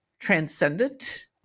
Transcendent